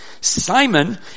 Simon